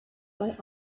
bei